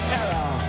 error